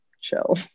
chill